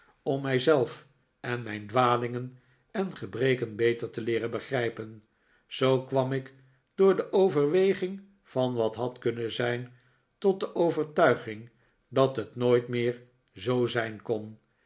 om mijzelf en mijn dwalingen en gebreken beter te leeren begrijpen zoo kwam ik door de overweging van wat had kunnen zijn tot de overtuiging dat het nooit meer zoo zijn kon